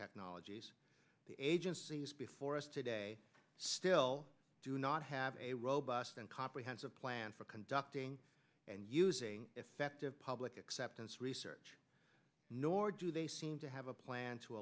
technologies the agencies before us today still do not have a robust and comprehensive plan for conducting and using effective public acceptance research nor do they seem to have a plan to